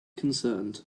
concerned